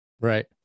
Right